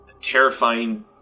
terrifying